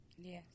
Yes